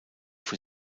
für